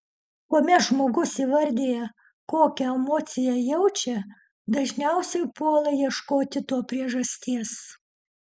kuomet žmogus įvardija kokią emociją jaučia dažniausiai puola ieškoti to priežasties